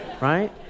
right